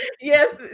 Yes